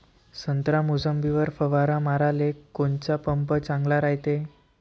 संत्रा, मोसंबीवर फवारा माराले कोनचा पंप चांगला रायते?